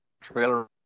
trailer